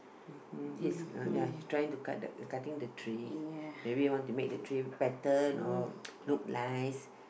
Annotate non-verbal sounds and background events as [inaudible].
mmhmm he's uh ya he's trying to cut the cutting the tree maybe he want to make the tree better or [noise] look nice